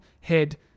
head